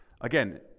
Again